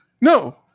No